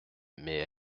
mais